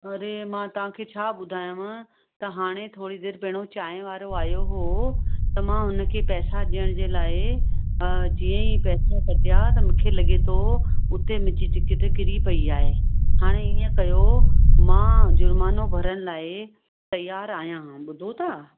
अड़े मां तव्हांखे छा ॿुधायांव त हाणे थोरी देरि पहिरियों चांहि वारो आयो हो त मां हुन खे पैसा ॾियण जे लाइ जीअं ई पैसा कढिया त मूंखे लॻे थो उते मुंहिंजी टिकट किरी पई आहे हाणे ईअं कयो मां जुर्मानो भरण लाइ तियारु आहियां ॿुधो था